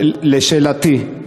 לשאלתי,